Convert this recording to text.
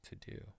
To-do